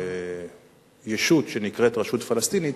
הישות שנקראת "רשות פלסטינית"